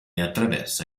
attraversa